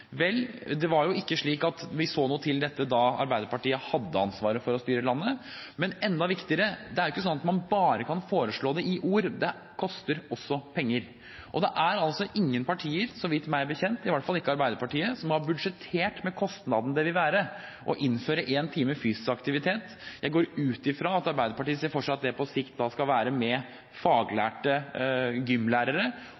Vel, det var ikke slik at vi så noe til dette da Arbeiderpartiet hadde ansvaret for å styre landet. Men enda viktigere: Det er ikke slik at man bare kan foreslå dette i ord, det koster også penger. Det er ingen partier meg bekjent, i hvert fall ikke Arbeiderpartiet, som har budsjettert med kostnaden det vil innebære å innføre én times fysisk aktivitet. Jeg går ut fra at Arbeiderpartiet ser for seg at det på sikt skal være med